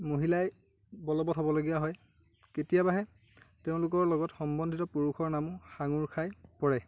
মহিলাই বলবৎ হ'বলগীয়া হয় কেতিয়াবাহে তেওঁলোকৰ লগত সম্বন্ধিত পুৰুষৰ নাম সাঙুৰ খাই পৰে